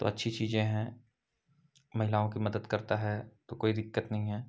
तो अच्छी चीज़ें हैं महिलाओं की मदद करता है तो कोई दिक्कत नहीं है